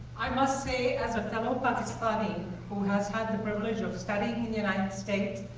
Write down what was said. i must say, as a fellow pakistani who has had the privilege of studying in the united states,